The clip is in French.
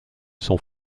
son